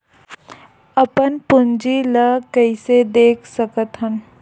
अपन पूंजी ला कइसे देख सकत हन?